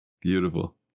Beautiful